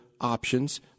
options